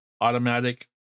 automatic